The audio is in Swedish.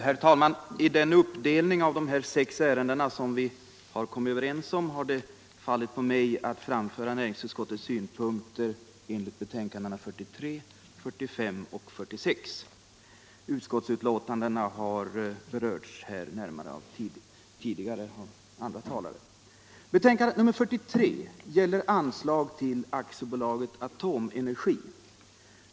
Herr talman! I uppdelningen av dessa sex ärenden som vi kommit överens om har det ankommit på mig att framföra näringsutskottets synpunkter på betänkandena 43, 45 och 46. Betänkandena har här berörts närmare av tidigare talare. Betänkandet 43 gäller anslag till AB Atomenergi.